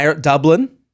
Dublin